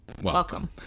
Welcome